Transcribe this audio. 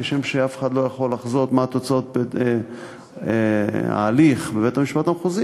כשם שאף אחד לא יכול היה לחזות מה יהיו תוצאות ההליך בבית-המשפט המחוזי,